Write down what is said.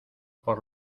por